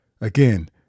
again